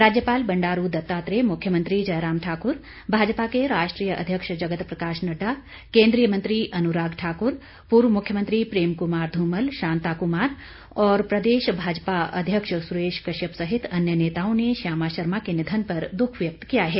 राज्यपाल बंडारू दत्तात्रेय मुख्यमंत्री जयराम ठाकुर भाजपा के राष्ट्रीय अध्यक्ष जगत प्रकाश नड्डा केंद्रीय मंत्री अनुराग ठाक्र पूर्व मुख्यमंत्री प्रेम कुमार धूमल शांता कुमार और प्रदेश भाजपा अध्यक्ष सुरेश कश्यप सहित अन्य नेताओं ने श्यामा शर्मा के निधन पर दुख व्यक्त किया है